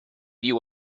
you